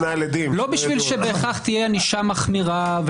לא בשביל שבהכרח תהיה ענישה מחמירה.